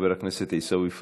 חבר הכנסת עיסאווי פריג',